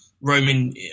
Roman